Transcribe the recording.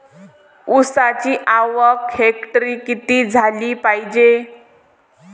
ऊसाची आवक हेक्टरी किती झाली पायजे?